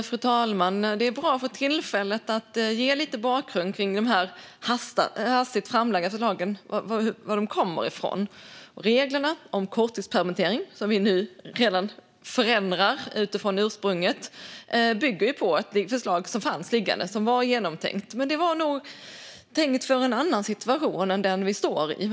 Fru talman! Det är för tillfället bra att ge lite bakgrund till dessa hastigt framlagda förslag och tala om varifrån de kommer. Reglerna om korttidspermittering, som vi nu redan förändrar i förhållande till det ursprungliga förslaget, bygger på ett förslag som fanns liggande, som var genomtänkt. Men det var nog tänkt för en annan situation än den vi befinner oss i.